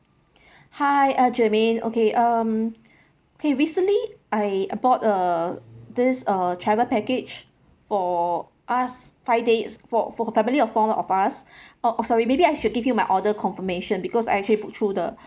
hi uh germaine okay um okay recently I bought uh this uh travel package for us five days for for family of four of us oh sorry maybe I should give you my order confirmation because I actually book through the